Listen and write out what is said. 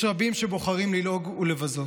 יש רבים שבוחרים ללעוג ולבזות.